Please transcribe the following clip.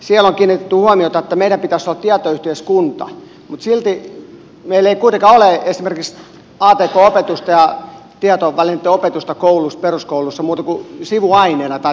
siellä on kiinnitetty huomiota siihen että meidän pitäisi olla tietoyhteiskunta mutta silti meillä ei kuitenkaan ole esimerkiksi atk opetusta ja tietovälineitten opetusta peruskouluissa muuten kuin sivuaineena tai tämmöisenä lisäkkeenä